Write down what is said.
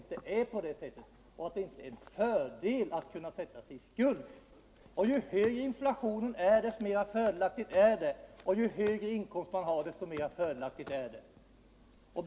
Det är fördelaktigt att kunna sätta sig i skuld. Ju värre inflationen är och ju högre inkomster man har, desto mera fördelaktigt är det.